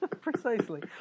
Precisely